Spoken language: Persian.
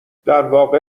درواقع